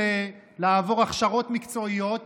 לעבור הכשרות מקצועיות